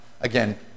again